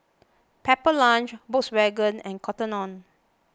Pepper Lunch Volkswagen and Cotton on